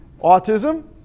Autism